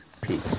peace